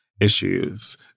issues